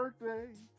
birthday